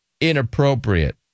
inappropriate